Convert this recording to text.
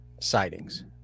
sightings